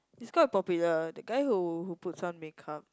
is quite popular that guy who who put some makeup